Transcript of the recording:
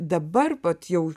dabar vat jau